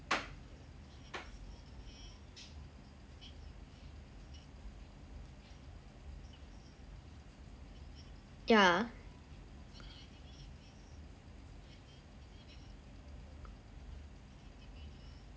yeah